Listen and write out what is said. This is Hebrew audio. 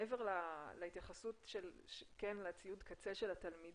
מעבר לציוד הקצה של התלמידים,